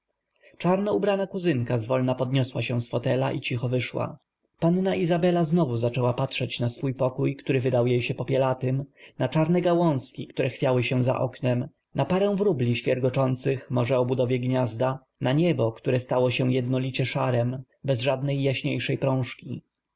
czarno ubrana kuzynka zwolna podniosła się z fotelu i cicho wyszła panna izabela znowu zaczęła patrzeć na swój pokój który wydał jej się popielatym na czarne gałązki które chwiały się za oknem na parę wróbli świergoczących może o budowie gniazda na niebo które stało się jednolicie szarem bez żadnej jaśniejszej prążki